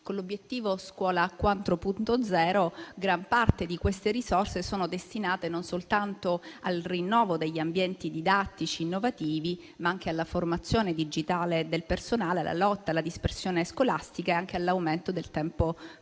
Con l'obiettivo Scuola 4.0, gran parte di queste risorse sono destinate, non soltanto al rinnovo degli ambienti didattici innovativi, ma anche alla formazione digitale del personale, alla lotta alla dispersione scolastica ed anche all'aumento del tempo pieno